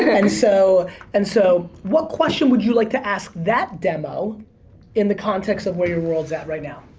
and so and so what question would you like to ask that demo in the context of where your world's at right now?